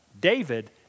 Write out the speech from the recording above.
David